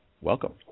welcome